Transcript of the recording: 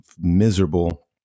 miserable